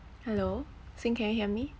hello xing can you hear me